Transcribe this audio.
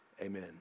Amen